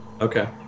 okay